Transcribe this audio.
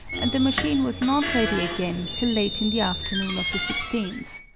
and the machine was not ready again till late in the afternoon of the sixteenth.